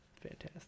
fantastic